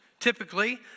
Typically